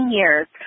years